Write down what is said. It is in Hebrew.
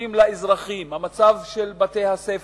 השירותים לאזרחים, המצב של בתי-הספר,